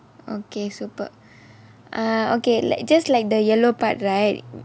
okay superb err okay like just like the yellow part right